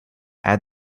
add